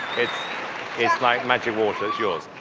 it it's like magic waters yours